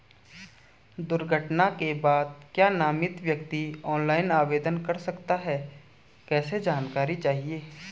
दुर्घटना के बाद क्या नामित व्यक्ति ऑनलाइन आवेदन कर सकता है कैसे जानकारी चाहिए?